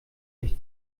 sich